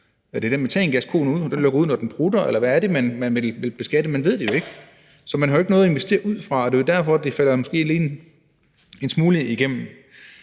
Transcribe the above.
er det den metangas, koen lukker ud, når den prutter, eller hvad er det, man vil beskatte? Man ved det jo ikke. Så man har jo ikke noget at investere ud fra. Det er derfor, det måske lige falder en smule igennem.